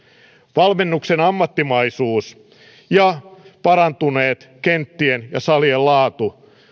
valmennuksen ammattimaisuus ja parantunut kenttien ja salien laatu